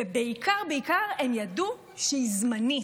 ובעיקר בעיקר הם ידעו שהיא זמנית.